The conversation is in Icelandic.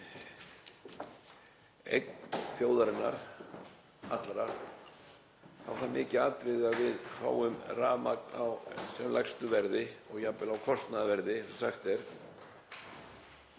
eign þjóðarinnar allrar þá er það er mikið atriði að við fáum rafmagn á sem lægstu verði og jafnvel á kostnaðarverði, eins og sagt er.